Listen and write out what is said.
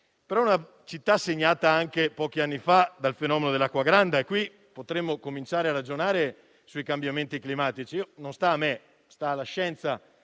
è stata anche segnata, pochi anni fa, dal fenomeno dell'acqua granda; qui potremmo cominciare a ragionare sui cambiamenti climatici. Non sta a me, ma sta alla scienza